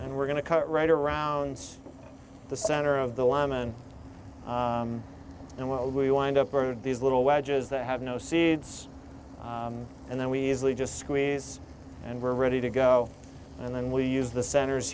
and we're going to cut right around the center of the lemon and what we wind up are these little wedges that have no seeds and then we easily just squeeze and we're ready to go and then we use the centers